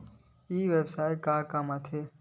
ई व्यवसाय का काम आथे?